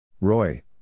Roy